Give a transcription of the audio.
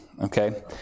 okay